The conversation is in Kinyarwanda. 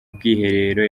bwiherero